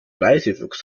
leisefuchs